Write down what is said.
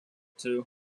two